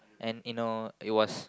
and you know it was